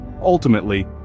ultimately